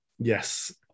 Yes